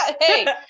hey